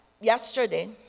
yesterday